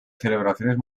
celebraciones